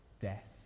death